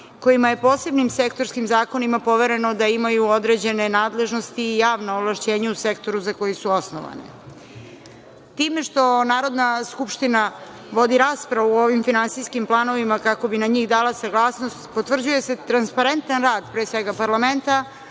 kojima je posebnim sektorskim zakonima povereno da imaju određene nadležnosti i javna ovlašćenja u sektoru za koji su osnovane. Time što Narodna skupština vodi raspravu o ovim finansijskim planovima kako bi na njih dala saglasnost potvrđuje se transparentan rad, pre svega, parlamenta,